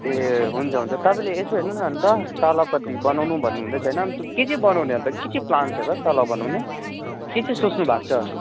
ए हुन्छ हुन्छ तपाईँले यसो हेर्नु न अन्त तलपट्टि बनाउनु भन्नु हुँदैछ होइन के के बनाउने अन्त के के प्लान छ त तल बनाउने के के सोच्नु भएको छ